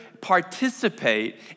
participate